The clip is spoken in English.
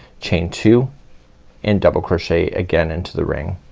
chain two and double crochet again into the ring